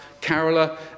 Carola